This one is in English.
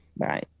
Bye